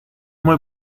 muy